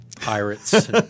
pirates